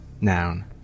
Noun